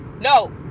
no